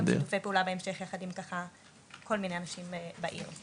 שיתופי פעולה בהמשך יחד עם כל מיני אנשים בעיר.